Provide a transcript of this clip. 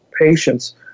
patients